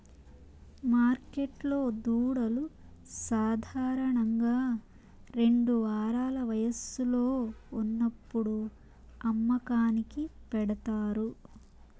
మార్కెట్లో దూడలు సాధారణంగా రెండు వారాల వయస్సులో ఉన్నప్పుడు అమ్మకానికి పెడతారు